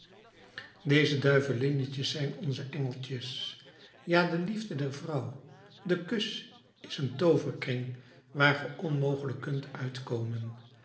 deze duivelinnetjes zijn onze engeltjes ja de liefde der vrouw de kus is een tooverkring waar ge onmogelijk kunt uitkomen